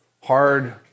hard